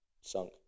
sunk